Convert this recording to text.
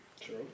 True